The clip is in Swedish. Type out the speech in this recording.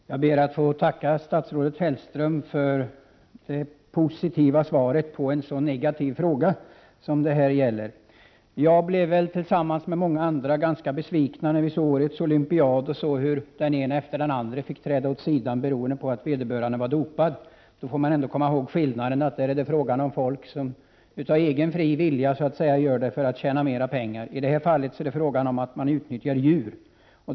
Herr talman! Jag ber att få tacka statsrådet Hellström för det positiva svaret på en så negativ fråga som det här gäller. Jag blev, tillsammans med många andra, ganska besviken när vi vid årets olympiska spel såg hur den ene efter den andre fick träda åt sidan beroende på att vederbörande var dopad. Då får man ändå komma ihåg skillnaden: där var det fråga om folk som av egen fri vilja dopade sig för att tjäna mera pengar; i det här fallet är det fråga om att man utnyttjar djur.